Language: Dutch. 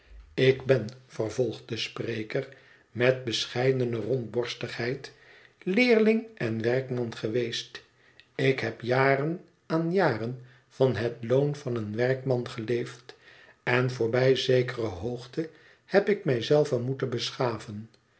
ik ben vervolgt de spreker met bescheidene rondborstigheid leerling en werkman geweest ik heb jaren aan jaren van het loon van een werkman geleefd en voorbij zekere hoogte heb ik mij zei ven moeten beschaven